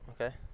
Okay